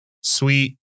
sweet